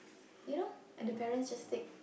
you know and the parents just take